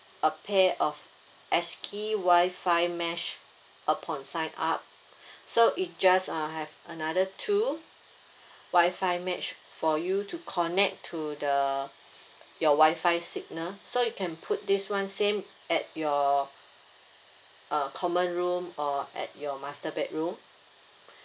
a pair of Wi-Fi mesh upon sign up so it just uh have another two Wi-Fi mesh for you to connect to the your Wi-Fi signal so you can put this one same at your uh common room or at your master bedroom